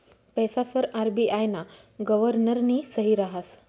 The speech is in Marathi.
पैसासवर आर.बी.आय ना गव्हर्नरनी सही रहास